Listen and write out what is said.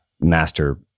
master